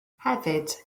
hefyd